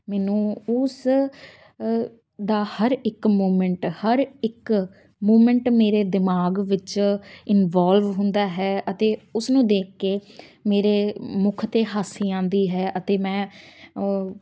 ਮੈਨੂੰ ਉਸ ਦਾ ਹਰ ਇੱਕ ਮੂਵਮੈਂਟ ਹਰ ਇੱਕ ਮੂਵਮੈਂਟ ਮੇਰੇ ਦਿਮਾਗ ਵਿੱਚ ਇਨਵੋਲਵ ਹੁੰਦਾ ਹੈ ਅਤੇ ਉਸਨੂੰ ਦੇਖ ਕੇ ਮੇਰੇ ਮੁੱਖ 'ਤੇ ਹਾਸੀ ਆਉਂਦੀ ਹੈ ਅਤੇ ਮੈਂ